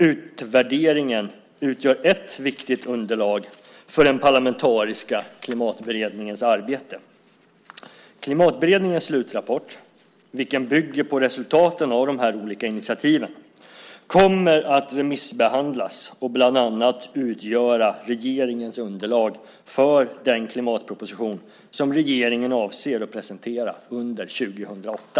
Utvärderingen utgör ett viktigt underlag för den parlamentariska klimatberedningens arbete. Klimatberedningens slutrapport, vilken bygger på resultaten av de olika initiativen, kommer att remissbehandlas och bland annat utgöra regeringens underlag för den klimatproposition som regeringen avser att presentera under 2008.